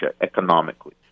economically